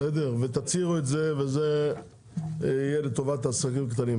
ותצהירו את זה, וזה יהיה לטובת העסקים הקטנים.